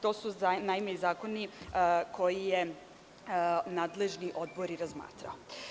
To su naime i zakoni koje je nadležni odbor razmatrao.